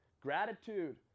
Gratitude